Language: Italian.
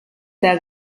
del